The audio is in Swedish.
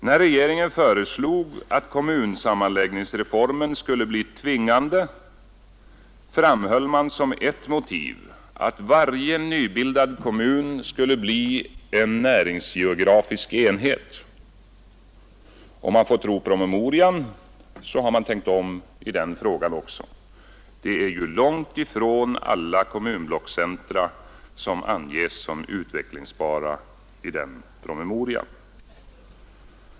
När regeringen föreslog att kommunsammanläggningsreformen skulle bli tvingande framhöll man som ett motiv att varje nybildad kommun skulle bli en näringsgeografisk enhet. Om vi får tro promemorian, så har man tänkt om i den frågan också — det är ju långt ifrån alla kommunblockscentra som anges som utvecklingsbara i den promemorian.